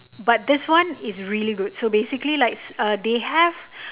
but this one is really good so basically like they have